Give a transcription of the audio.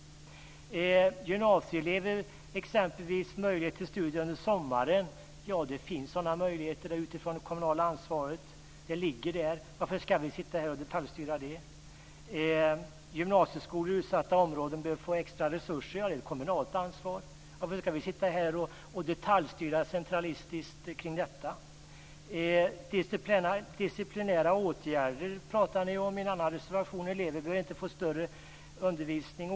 Gymnasieelever bör exempelvis få möjlighet till studier över sommaren. Det finns redan sådana möjligheter utifrån det kommunala ansvaret. Det ligger där. Varför ska vi sitta här och detaljstyra det? Gymnasieskolor i utsatta områden bör få extra resurser. Det är ett kommunalt ansvar. Varför ska vi sitta här och detaljstyra centralistiskt omkring detta? Disciplinära åtgärder pratar ni om i en annan reservation. Elever bör inte få störa undervisningen.